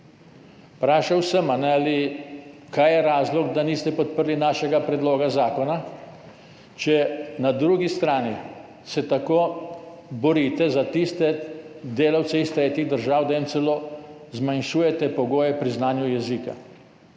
Vprašal sem, kaj je razlog, da niste podprli našega predloga zakona, če se na drugi strani tako borite za tiste delavce iz tretjih držav, da jim celo zmanjšujete pogoje pri znanju jezika.